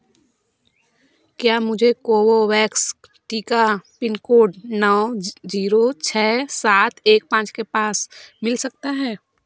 क्या मुझे कोवोवैक्स टीका पिन कोड नौ जी जीरो छः सात एक पाँच के पास मिल सकता है